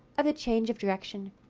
of the change of direction.